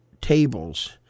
tables